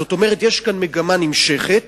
זאת אומרת, יש כאן מגמה נמשכת